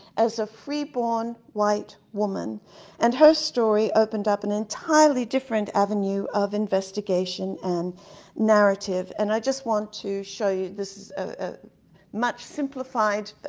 as a free-born white woman and her story opened up an entirely different avenue of investigation and narrative. and i just want to show you this much simplified